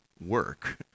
work